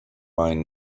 mine